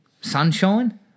sunshine